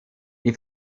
die